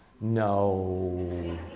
No